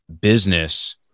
business